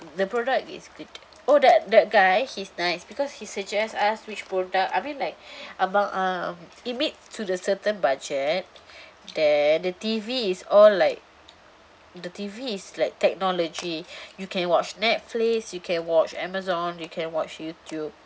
the product is good oh that that guy he's nice because he suggest us which product I mean like abang um it meet to the certain budget then the T_V is all like the T_V is like technology you can watch Netflix you can watch amazon you can watch YouTube